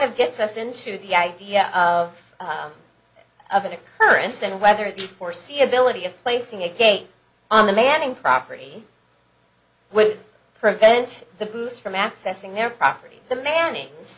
of gets us into the idea of of an occurrence and whether the foreseeability of placing a gate on the manning property would prevent the goose from accessing their property the manni